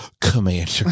Commander